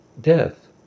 death